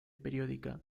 periódica